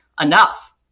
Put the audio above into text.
Enough